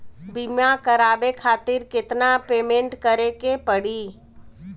बीमा करावे खातिर केतना पेमेंट करे के पड़ी?